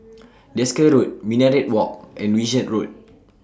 Desker Road Minaret Walk and Wishart Road